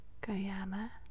Guyana